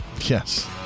Yes